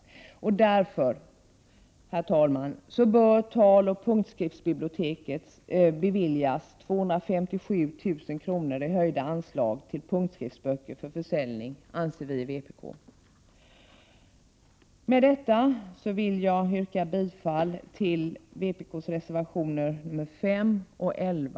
Därför, fru talman, anser vpk att taloch punktskriftsbiblioteket bör beviljas 257 000 kr. högre anslag till punktskriftsböcker för försäljning. Med detta vill jag yrka bifall till vpk:s reservationer 5 och 11.